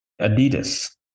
Adidas